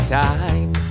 time